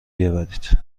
بیاورید